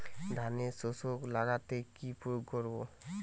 ধানের শোষক লাগলে কি প্রয়োগ করব?